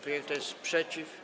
Kto jest przeciw?